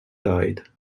died